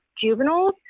juveniles